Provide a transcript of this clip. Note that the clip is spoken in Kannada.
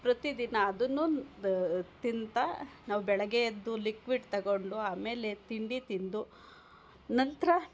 ಪ್ರತಿದಿನ ಅದನ್ನು ತಿಂತಾ ನಾವು ಬೆಳಗ್ಗೆ ಎದ್ದು ಲಿಕ್ವಿಡ್ ತಗೊಂಡು ಆಮೇಲೆ ತಿಂಡಿ ತಿಂದು ನಂತರ